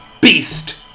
Beast